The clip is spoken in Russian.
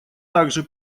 также